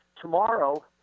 Tomorrow